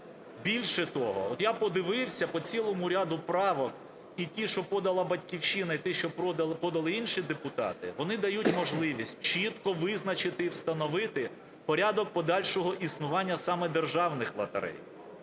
Більше того, от я подивився по цілому ряду правок, і ті, що подала "Батьківщина", і ті, що подали інші депутати, вони дають можливість чітко визначити і встановити порядок подальшого існування саме державних лотерей.